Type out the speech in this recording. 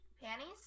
Panties